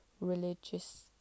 religious